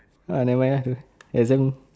ah never mind lah exam